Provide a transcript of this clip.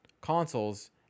consoles